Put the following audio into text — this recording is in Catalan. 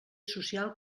social